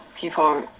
people